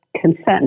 consent